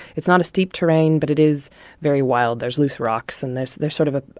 it's not a steep terrain, but it is very wild. there's loose rocks, and there's there's sort of a